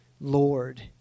Lord